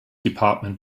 department